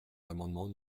l’amendement